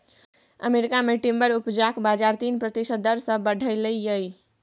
America मे timber उपजाक बजार तीन प्रतिशत दर सँ बढ़लै यै